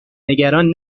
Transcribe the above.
نگران